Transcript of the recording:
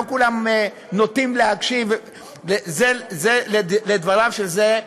לא כולם נוטים להקשיב זה לדבריו של זה.